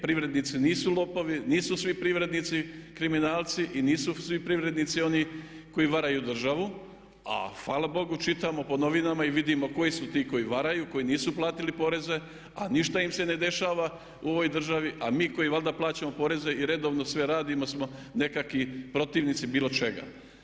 Privrednici nisu lopovi, nisu svi privrednici kriminalci i nisu svi privrednici oni koji varaju državu a hvala Bogu čitamo po novinama i vidimo koji su ti koji varaju, koji nisu platili poreze a ništa im se ne dešava u ovoj državi a mi koji valjda plaćamo poreze i redovno sve radimo smo nekakvi protivnici bilo čega.